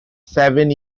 seven